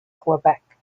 quebec